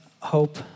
hope